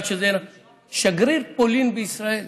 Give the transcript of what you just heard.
שגריר פולין בישראל